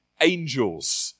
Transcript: angels